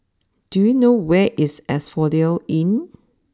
do you know where is Asphodel Inn